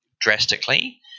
drastically